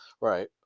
Right